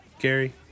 Gary